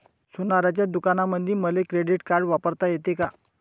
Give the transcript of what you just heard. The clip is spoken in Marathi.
सोनाराच्या दुकानामंधीही मले क्रेडिट कार्ड वापरता येते का?